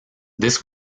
this